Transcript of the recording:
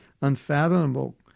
unfathomable